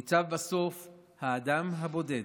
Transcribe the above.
ניצב בסוף האדם הבודד.